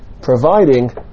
providing